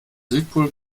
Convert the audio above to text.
südpol